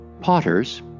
Potters